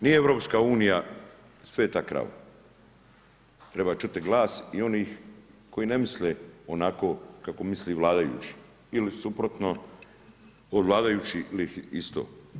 Nije EU sveta krava, treba čuti glas i onih koji ne misle onako kako misle vladajući ili suprotno od vladajućih ili isto.